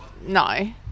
No